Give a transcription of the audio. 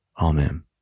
Amen